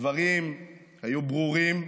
הדברים היו ברורים,